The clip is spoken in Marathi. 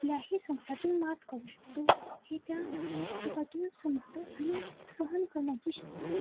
कुठल्याही संकटातून मात करू शकतो हे त्या पुस्तकातून समजतो आणि सहन करण्याची शक्ती